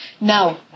Now